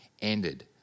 ended